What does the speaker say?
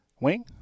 Wing